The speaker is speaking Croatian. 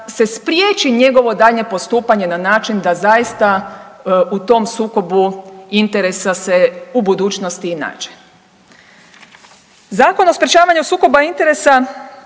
se spriječi njegovo daljnje postupanje na način da zaista u tom sukobu interesa se u budućnosti i nađe. Zakon o sprječavanje sukoba interesa